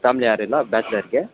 family ಯಾರಿಲ್ಲ ಬ್ಯಾಚುಲರ್ಗೆ